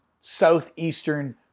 southeastern